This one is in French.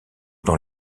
dans